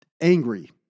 angry